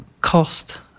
cost